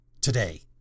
today